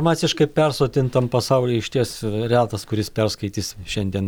masiškai persotintam pasauly išties retas kuris perskaitys šiandien